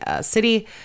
city